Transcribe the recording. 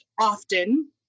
often